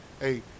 hey